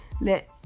let